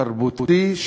תרבותי,